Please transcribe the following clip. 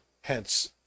Hence